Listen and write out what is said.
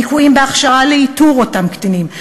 ליקויים בהכשרה לאיתור אותם קטינים,